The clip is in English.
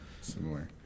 similar